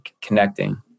connecting